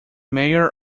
mayor